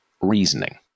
reasoning